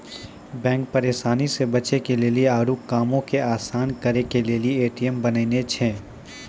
bank परेशानी से बचे के लेली आरु कामो के असान करे के लेली ए.टी.एम बनैने छै